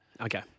Okay